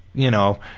y'know,